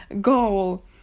goal